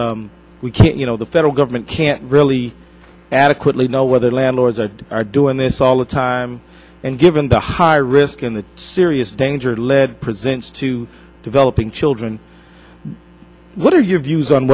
sometimes we can't you know the federal government can't really adequately know whether landlords are doing this all the time and given the high risk in the serious danger lead presents to developing children what are your views on